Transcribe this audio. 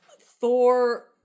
Thor